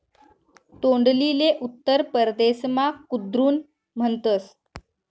तोंडलीले उत्तर परदेसमा कुद्रुन म्हणतस